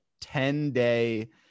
10-day